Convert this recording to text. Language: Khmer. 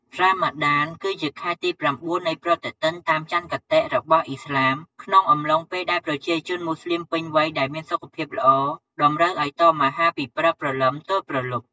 រ៉ាម៉ាដាន គឺជាខែទីប្រាំបួននៃប្រតិទិនតាមច័ន្ទគតិរបស់ឥស្លាម ក្នុងអំឡុងពេលដែលប្រជាជនម៉ូស្លីមពេញវ័យដែលមានសុខភាពល្អ តម្រូវឱ្យតមអាហារពីព្រឹកព្រលឹមទល់ព្រលប់។